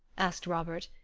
asked robert,